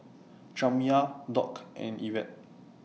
Jamya Doc and Yvette